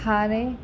हाणे